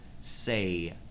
say